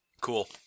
Cool